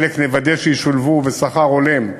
חלק, נוודא שישולבו, בשכר הולם,